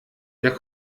der